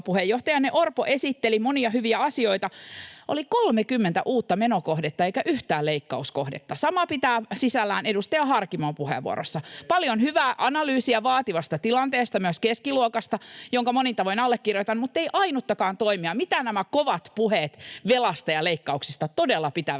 puheenjohtajanne Orpo esitteli monia hyviä asioita, oli 30 uutta menokohdetta eikä yhtään leikkauskohdetta. Samaa pitää sisällään edustaja Harkimon puheenvuoro: paljon hyvää analyysiä vaativasta tilanteesta, myös keskiluokasta, jonka monin tavoin allekirjoitan, muttei ainuttakaan toimea. Mitä nämä kovat puheet velasta ja leikkauksista todella pitävät